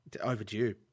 overdue